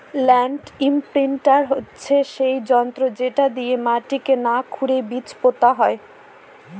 land imprinter হচ্ছে সেই যন্ত্র যেটা দিয়ে মাটিকে না খুরেই বীজ পোতা হয়